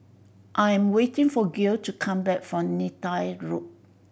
I am waiting for Gail to come back from Neythai Road